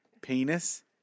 Penis